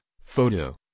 photo